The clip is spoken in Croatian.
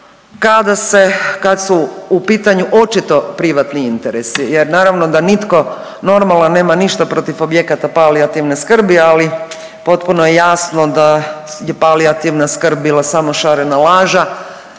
kad su u pitanju očito privatni interesi, jer naravno da nitko normalan nema ništa protiv objekata palijativne skrbi. Ali potpuno je jasno da je palijativna skrb bila samo šarena laža